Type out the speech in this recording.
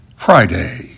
Friday